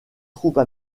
troupes